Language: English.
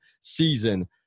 season